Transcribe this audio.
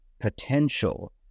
potential